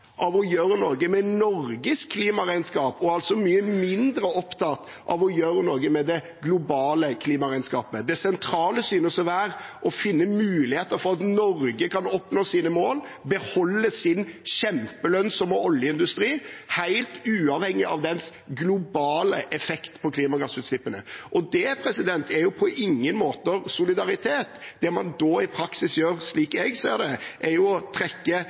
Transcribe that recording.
av å gjøre noe med Norges klimaregnskap og mye mindre opptatt av å gjøre noe med det globale klimaregnskapet. Det sentrale synes å være å finne muligheter for at Norge kan oppnå sine mål, beholde sin kjempelønnsomme oljeindustri – helt uavhengig av dens globale effekt på klimagassutslippene. Det er på ingen måte solidaritet. Det man i praksis gjør da, slik jeg ser det, er å trekke